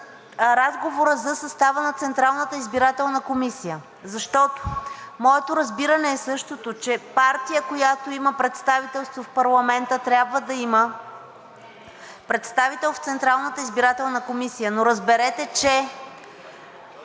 разговора за състава на Централната избирателна комисия, защото моето разбиране е същото – че партия, която има представителство в парламента, трябва да има представител в Централната избирателна комисия. Но разберете, че